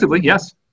yes